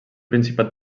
principat